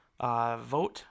vote